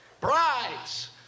Brides